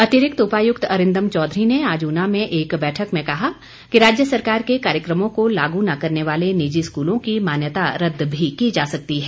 अतिरिक्त उपायुक्त अरिंदम चौधरी ने आज ऊना में एक बैठक में कहा कि राज्य सरकार के कार्यक्रमों को लागू न करने वाले निजी स्कूलों की मान्यता रद्द भी की जा सकती है